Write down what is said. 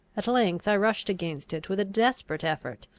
at length i rushed against it with a desperate effort,